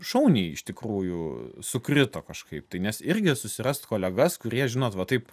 šauniai iš tikrųjų sukrito kažkaip tai nes irgi susirast kolegas kurie žinot va taip